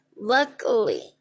Luckily